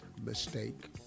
Mistake